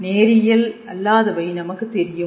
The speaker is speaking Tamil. நேரியல் அல்லாதவை நமக்குத் தெரியும்